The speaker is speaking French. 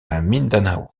mindanao